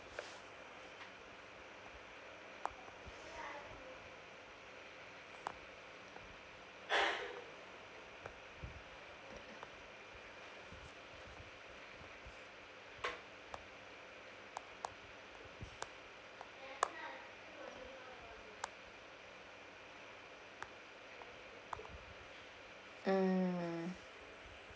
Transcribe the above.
mm